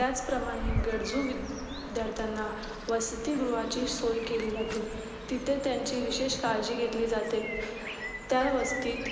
त्याचप्रमाणे गरजू विद्यार्थ्यांना वसतीगृहाची सोय केली जाते तिथे त्यांची विशेष काळजी घेतली जाते त्या वस्तीत